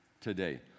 today